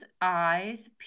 eyes